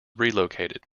relocated